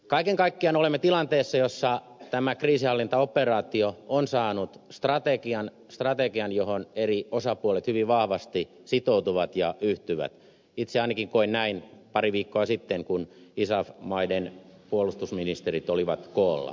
kaiken kaikkiaan olemme tilanteessa jossa tämä kriisinhallintaoperaatio on saanut strategian strategian johon eri osapuolet hyvin vahvasti sitoutuvat ja yhtyvät itse ainakin koin näin pari viikkoa sitten kun isaf maiden puolustusministerit olivat koolla